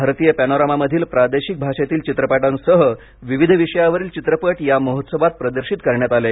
भारतीय पॅनोरामामधील प्रादेशिक भाषेतील चित्रपटांसह विविध विषयावरील चित्रपट या महोत्सवात प्रदर्शित करण्यात आले